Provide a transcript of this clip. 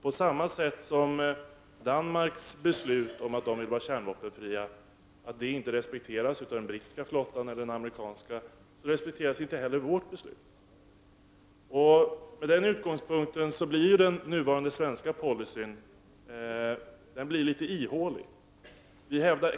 På samma sätt som Danmarks beslut att landet skall vara kärnvapenfritt inte respekteras av den brittiska flottan eller av den amerikanska flottan så respekteras inte heller Sveriges beslut. Med denna utgångspunkt blir den nuvarande svenska policyn litet ihålig.